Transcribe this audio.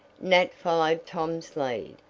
nat followed tom's lead,